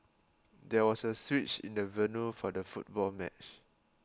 there was a switch in the venue for the football match